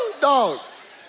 dogs